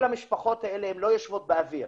כל המשפחות האלה לא יושבות באוויר,